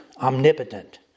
omnipotent